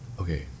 Okay